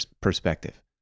perspective